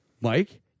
Mike